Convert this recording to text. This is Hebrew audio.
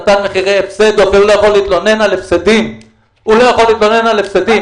נתן מחירי הפסד אבל הוא לא יכול להתלונן על הפסדים.